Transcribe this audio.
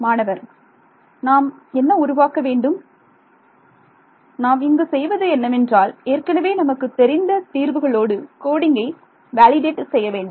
மாணவர் நாம் என்ன உருவாக்க வேண்டும் நாம் இங்கு செய்வது என்னவென்றால் ஏற்கனவே நமக்குத் தெரிந்த தீர்வுகளோடு கோடிங்கை வேலிடேட் செய்ய வேண்டும்